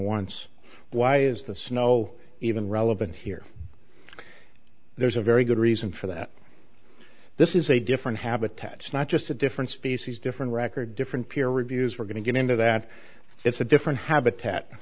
once why is the snow even relevant here there's a very good reason for that this is a different habitats not just a different species different record different peer reviews we're going to get into that it's a different habitat